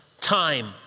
time